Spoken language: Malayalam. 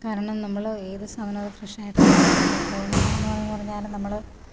കാരണം നമ്മൾ ഏത് സാധനം അത് ഫ്രഷ് ആയിട്ട് പറഞ്ഞാലും നമ്മൾ